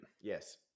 Yes